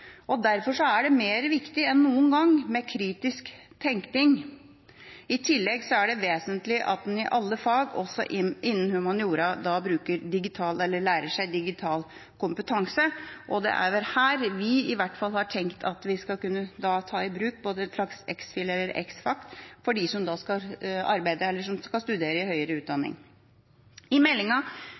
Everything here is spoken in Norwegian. virkeligheten. Derfor er det viktigere enn noen gang med kritisk tenkning. I tillegg er det vesentlig at man i alle fag, også innen humaniora, har digital kompetanse, og det er vel her vi i hvert fall har tenkt at vi skal kunne ta i bruk ex.phil. eller ex.fac. for dem som skal ta høyere utdanning. I meldinga